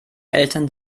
eltern